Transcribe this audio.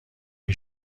این